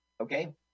okay